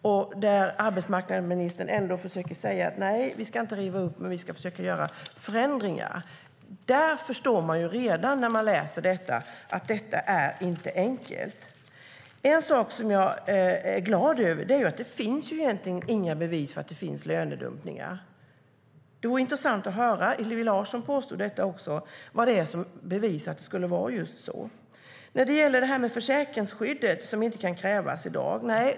Ändå säger arbetsmarknadsministern: Nej, vi ska inte riva upp, men vi ska försöka göra förändringar. Man förstår ju redan när man läser detta att det inte är enkelt. Försäkringsskydd kan inte krävas i dag, nej.